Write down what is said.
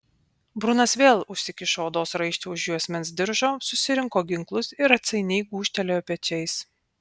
brunas vėl užsikišo odos raištį už juosmens diržo susirinko ginklus ir atsainiai gūžtelėjo pečiais